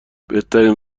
بهترین